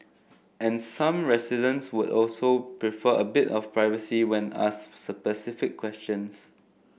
and some residents would also prefer a bit of privacy when asked specific questions